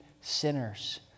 sinners